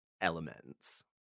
elements